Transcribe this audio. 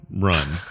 run